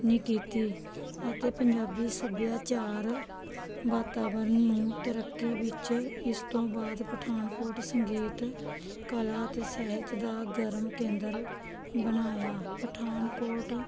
ਨਹੀਂ ਕੀਤੀ ਅਤੇ ਪੰਜਾਬੀ ਸੱਭਿਆਚਾਰ ਵਾਤਾਵਰਨ ਨੂੰ ਤਰੱਕੀ ਵਿੱਚ ਇਸ ਤੋਂ ਬਾਅਦ ਪਠਾਨਕੋਟ ਸੰਗੀਤ ਕਲਾ ਅਤੇ ਸਾਹਿਤ ਦਾ ਗਰਮ ਕੇਂਦਰ ਬਣਾਇਆ ਪਠਾਨਕੋਟ